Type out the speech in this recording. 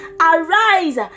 Arise